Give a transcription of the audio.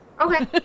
Okay